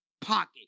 pocket